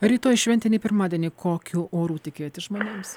rytoj šventinį pirmadienį kokių orų tikėtis žmonėms